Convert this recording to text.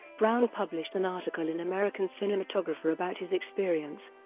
brown published an article in american cinematographer about his experience,